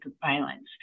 violence